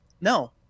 No